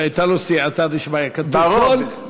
שהייתה לו סייעתא דשמיא, ברור.